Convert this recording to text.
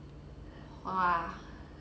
花